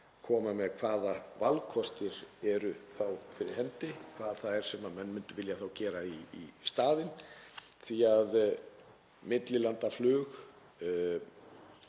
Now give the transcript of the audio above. fram með hvaða valkostir eru þá fyrir hendi, hvað það er sem menn myndu vilja gera í staðinn, því að millilandaflug,